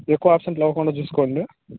ఎక్కువ అబ్సెంట్లు అవ్వకుండా చూసుకోండి